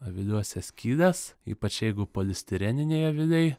aviliuose skyles ypač jeigu polistireniniai aviliai